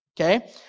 Okay